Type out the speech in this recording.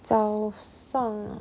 早上